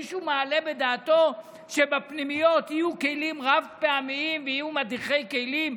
מישהו מעלה בדעתו שבפנימיות יהיו כלים רב-פעמיים ויהיו מדיחי כלים,